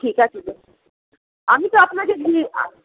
ঠিক আছে আমি তো আপনাকে